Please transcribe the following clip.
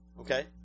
Okay